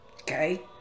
okay